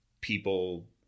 people